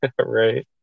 Right